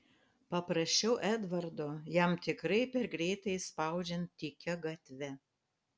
paprašiau edvardo jam tikrai per greitai spaudžiant tykia gatve